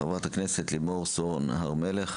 חברת הכנסת לימור סון הר מלך,